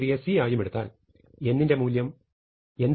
c3 യെ c ആയും എടുത്താൽ n ന്റെ മൂല്യം n0